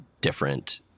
different